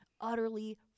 utterly